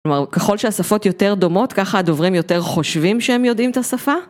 כלומר, ככל שהשפות יותר דומות, ככה הדוברים יותר חושבים שהם יודעים את השפה?